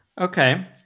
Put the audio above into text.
Okay